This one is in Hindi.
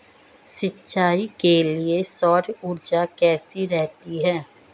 सिंचाई के लिए सौर ऊर्जा कैसी रहती है?